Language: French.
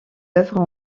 œuvres